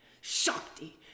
Shakti